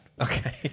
Okay